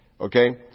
Okay